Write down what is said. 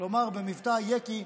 כלומר במבטא היקי.